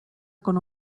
con